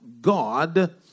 God